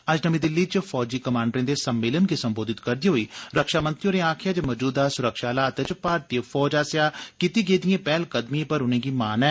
अज्ज नमीं दिल्ली च फौजी कमांडरे दे सम्मेलन गी सम्बोधत करदे होई रक्षामंत्री होरें आक्खेया जे मजूदा सुरक्षा हालात च भारतीय फौज आसेया कीती गेदियें पैहल कदमियें पर उनेंगी मान प ऐ